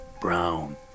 brown